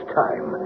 time